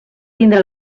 tindre